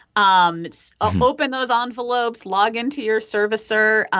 um um open those envelopes. log in to your servicer.